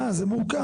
זה מורכב.